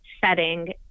setting